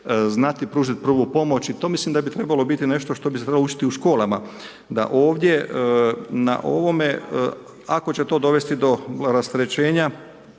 znati pružit prvu pomoć i to mislim da bi trebalo biti nešto što bi se trebalo učiti u školama, da ovdje na ovome ako će to dovesti do rasterećenja